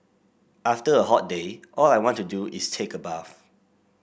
after a hot day all I want to do is take a bath